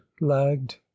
lagged